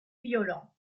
violents